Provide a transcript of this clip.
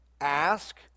ask